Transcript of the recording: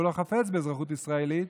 והוא לא חפץ באזרחות ישראלית,